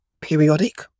periodic